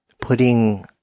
putting